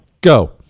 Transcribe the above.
Go